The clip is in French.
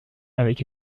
avec